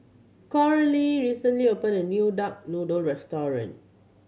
Coralie recently opened a new duck noodle restaurant